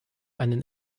einen